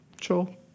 Sure